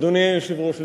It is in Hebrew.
אדוני היושב-ראש,